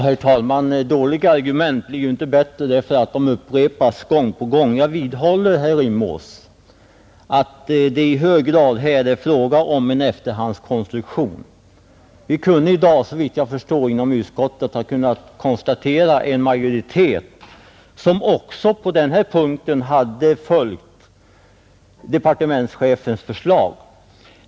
Herr talman! Dåliga argument blir ju inte bättre därför att de upprepas gång på gång. Jag vidhåller, herr Rimås, att det i hög grad här är fråga om en efterhandskonstruktion. Vi skulle i dag såvitt jag förstår inom utskottet ha kunnat konstatera en majoritet som också på den här punkten hade följt departementschefens förslag.